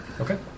Okay